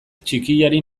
txikiari